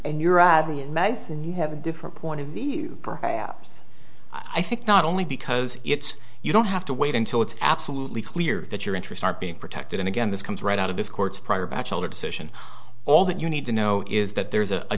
appeal have a different point of view i think not only because it's you don't have to wait until it's absolutely clear that your interests are being protected and again this comes right out of this court's prior batchelder decision all that you need to know is that there is a